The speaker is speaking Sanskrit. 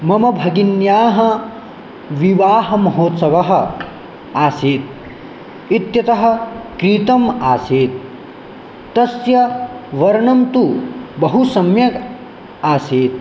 मम भगिन्याः विवाहमहोत्सवः आसीत् इत्यतः क्रीतम् आसीत् तस्य वर्णं तु बहु सम्यग् आसीत्